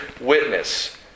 witness